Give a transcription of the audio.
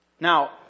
Now